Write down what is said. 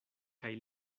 kaj